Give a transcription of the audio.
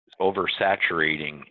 oversaturating